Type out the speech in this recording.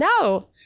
No